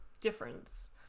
difference